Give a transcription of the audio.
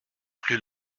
plus